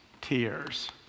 tears